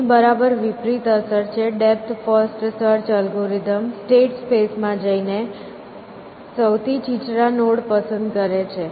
તેની બરાબર વિપરીત અસર છે depth first search algorithm state space માં જઈને સૌથી છીછરા નોડ પસંદ કરે છે